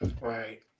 Right